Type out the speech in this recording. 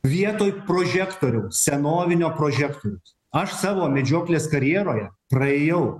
vietoj prožektoriaus senovinio prožektoriaus aš savo medžioklės karjeroje praėjau